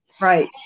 Right